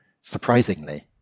surprisingly